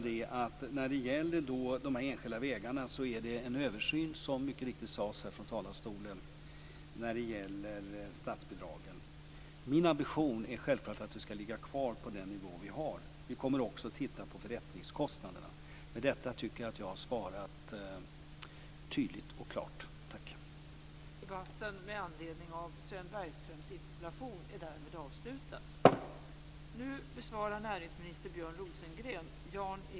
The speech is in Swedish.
Det är riktigt, som det sades här från talarstolen, att en översyn är på gång när det gäller de enskilda vägarna och statsbidragen. Min ambition är självklart att vi skall ligga kvar på den nivå vi har. Vi kommer också att titta på förrättningskostnaderna. Med detta tycker jag att jag har svarat tydligt och klart.